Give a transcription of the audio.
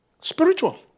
Spiritual